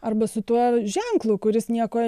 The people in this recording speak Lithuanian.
arba su tuo ženklu kuris nieko